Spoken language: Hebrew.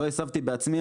לא הסבתי בעצמי,